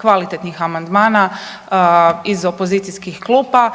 kvalitetnih amandmana iz opozicijskih klupa,